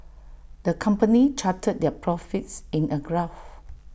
the company charted their profits in A graph